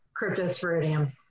cryptosporidium